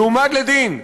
יועמד לדין.